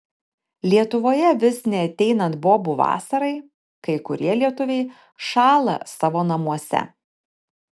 lietuvoje vis neateinat bobų vasarai kai kurie lietuviai šąla savo namuose